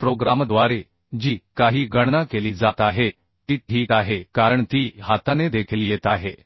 प्रोग्रामद्वारे जी काही गणना केली जात आहे ती ठीक आहे कारण ती हाताने देखील येत आहे